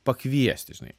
pakviesti žinai